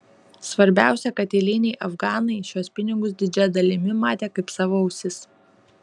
svarbiausia kad eiliniai afganai šiuos pinigus didžia dalimi matė kaip savo ausis